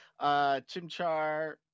Chimchar